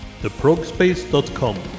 theprogspace.com